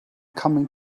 coming